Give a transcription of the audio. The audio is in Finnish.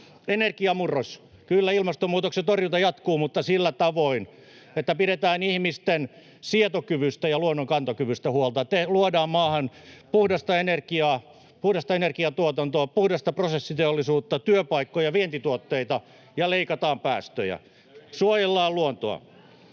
Energiamurros: Kyllä, ilmastonmuutoksen torjunta jatkuu mutta sillä tavoin, että pidetään ihmisten sietokyvystä ja luonnon kantokyvystä huolta. Luodaan maahan puhdasta energiaa, puhdasta energiantuotantoa, puhdasta prosessiteollisuutta, työpaikkoja ja vientituotteita [Katri Kulmunin välihuuto] ja leikataan päästöjä. Suojellaan luontoa.